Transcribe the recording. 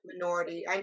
minority